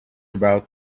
about